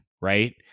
right